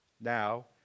Now